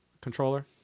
controller